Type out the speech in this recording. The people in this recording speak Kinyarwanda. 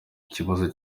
ikibazo